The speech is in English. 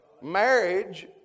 Marriage